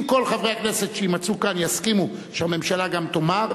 אם כל חברי הכנסת שיימצאו כאן יסכימו שהממשלה גם תאמר,